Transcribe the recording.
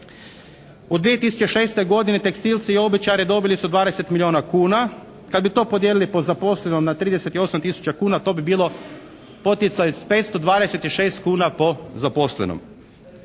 U 2006. godini tekstilci i obućari dobili su 20 milijuna kuna. Kad bi to podijelili po zaposlenom na 38 tisuća kuna, to bi bilo poticaj s 526 kuna po zaposlenom.